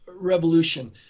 revolution